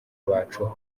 bacu